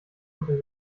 unter